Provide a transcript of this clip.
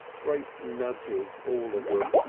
great nudgers all of them,